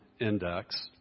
index